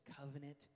covenant